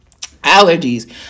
allergies